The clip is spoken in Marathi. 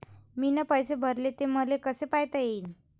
मीन पैसे भरले, ते मले कसे पायता येईन?